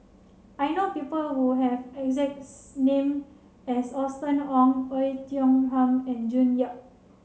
I know people who have name as Austen Ong Oei Tiong Ham and June Yap